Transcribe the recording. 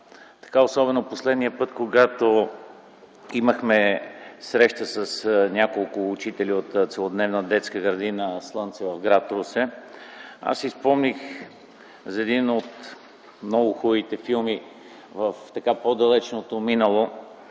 Русе. Последният път, когато имахме среща с няколко учители от Целодневна детска градина „Слънце” в гр. Русе, си спомних за един от много хубавите филми в по-далечното минало,